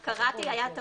קראתי את זה נכון.